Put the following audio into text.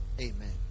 amen